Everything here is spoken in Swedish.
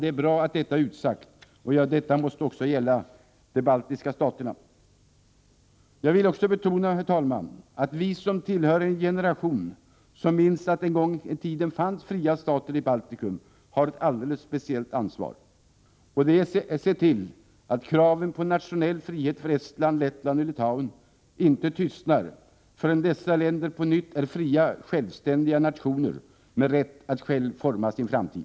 Det är bra att detta utsagts. Det måste också gälla de baltiska staterna. Jag vill också betona att vi, som tillhör en generation som minns att det en gång fanns fria stater i Baltikum, har ett alldeles speciellt ansvar. Och det är att se till, att kraven på nationell frihet för Estland, Lettland och Litauen inte tystnar förrän dessa länder på nytt är fria, självständiga nationer med rätt att själva forma sin framtid.